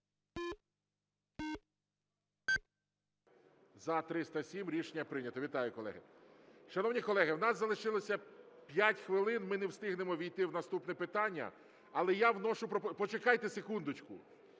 За-307 Рішення прийнято. Вітаю, колеги. Шановні колеги, у нас залишилося 5 хвилин, ми не встигнемо ввійти в наступне питання, але я вношу… Почекайте секундочку.